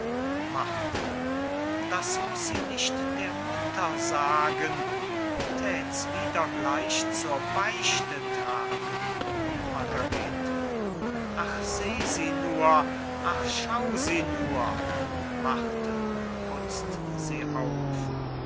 das muß sie nicht der mutter sagen thät's wieder gleich zur beichte tragen margarete ach seh sie nur ach schau sie nur marthe putzt sie auf